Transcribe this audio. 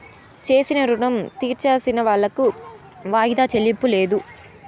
చేసిన రుణం తీర్సేవాళ్లకు వాయిదా చెల్లింపు లేదు